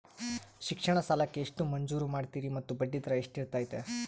ಶಿಕ್ಷಣ ಸಾಲಕ್ಕೆ ಎಷ್ಟು ಮಂಜೂರು ಮಾಡ್ತೇರಿ ಮತ್ತು ಬಡ್ಡಿದರ ಎಷ್ಟಿರ್ತೈತೆ?